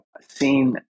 seen